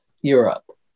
Europe